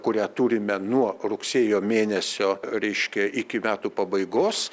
kurią turime nuo rugsėjo mėnesio reiškia iki metų pabaigos